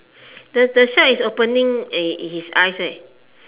does the shark is opening uh his eyes right